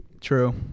True